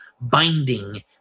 binding